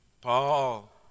Paul